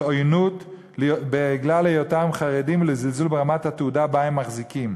עוינות בגלל היותם חרדים ולזלזול ברמת התעודה שבה הם מחזיקים.